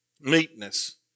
Meekness